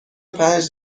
پنج